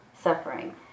suffering